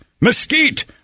mesquite